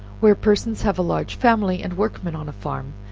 where persons have a large family, and workmen on a farm,